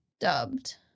dubbed